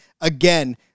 again